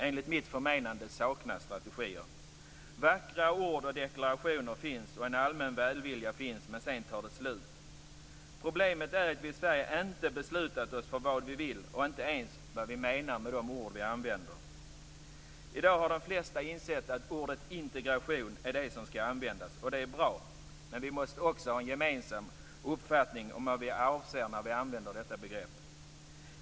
Enligt mitt förmenande saknas strategier. Vackra ord och deklarationer finns och en allmän välvilja finns. Men sedan tar det slut. Problemet är att vi i Sverige inte beslutat oss för vad vi vill och inte ens vad vi menar med de ord vi använder. I dag har de flesta insett att ordet integration är det som skall användas och det är bra. Men vi måste också har en gemensam uppfattning om vad vi avser när vi använder detta begrepp.